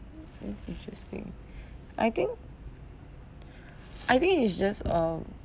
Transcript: that's interesting I think I think it's just um